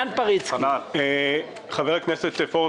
הכנסת פורר,